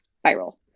spiral